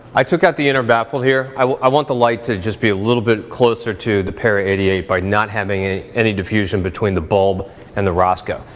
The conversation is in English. i took out the inner baffle here, i i want the light to just be a little bit closer to the para eighty eight by not having any diffusion between the bulb and the rosco.